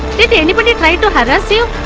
did yeah anybody ty to harass you?